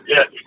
Yes